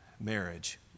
marriage